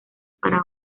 para